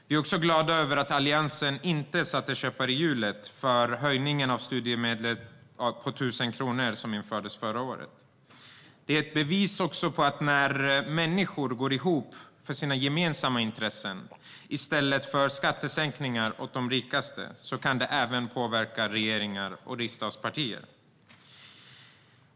Vi är också glada över att Alliansen inte satte käppar i hjulet för höjningen av studiemedlet med 1 000 kronor som infördes förra året. Detta är ett bevis på att när människor går ihop och kämpar för sina gemensamma intressen i stället för skattesänkningar åt de rikaste kan det påverka regeringar och riksdagspartier.